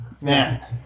Man